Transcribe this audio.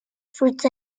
fruits